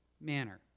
manner